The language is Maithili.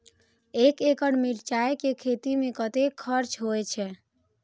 एक एकड़ मिरचाय के खेती में कतेक खर्च होय छै?